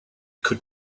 could